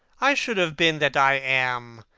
i should have been that i am,